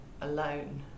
alone